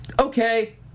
okay